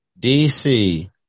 DC